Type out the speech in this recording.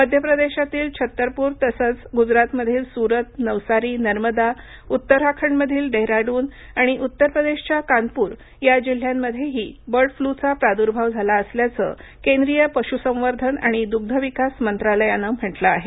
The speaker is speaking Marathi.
मध्यप्रदेशातील छतरपूर तसंच गुजरातमधील सुरत नवसारी नर्मदा उत्तराखंडमधील डेहराडून आणि उत्तर प्रदेशच्या कानपूर या जिल्ह्यांमध्येही बर्ड फ्लू चा प्रादृभाव झाला असल्याचं केंद्रीय पश्संवर्धन आणि दृष्यविकास मंत्रालयानं म्हटलं आहे